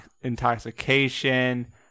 intoxication